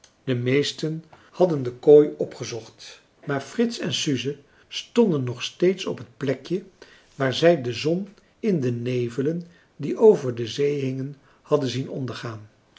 de meesten hadden de kooi opgezocht maar frits en suze stonden nog steeds op het plekje waar zij de zon in de nevelen die over de zee hingen hadden zien ondergaan